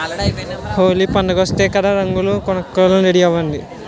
హోలీ పండుగొస్తోంది కదా రంగులు కొనుక్కోవాలి రెడీ అవ్వండి